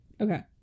Okay